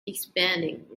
expanding